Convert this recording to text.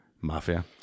mafia